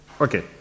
Okay